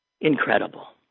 Incredible